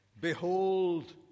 Behold